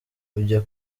ujya